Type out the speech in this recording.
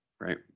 right